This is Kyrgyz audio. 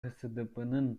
ксдпнын